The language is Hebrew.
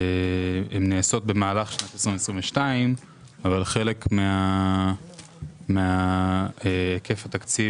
ונעשות במהלך 2022. אבל חלק מהיקף התקציב